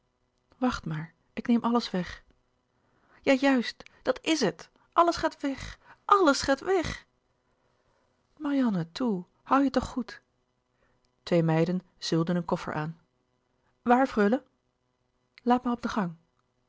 wacht maar ik neem alles weg ja juist dat is het alles gaat weg alles gaat weg marianne toe hoû je toch goed twee meiden zeulden een koffer aan waar freule laat maar op de gang